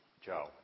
Joe